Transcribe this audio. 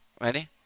ready